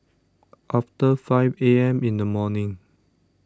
after five A M in the morning